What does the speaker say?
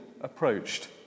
approached